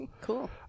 cool